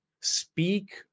speak